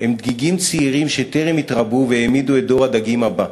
הם דגיגים צעירים שטרם התרבו והעמידו את דור הדגים הבא.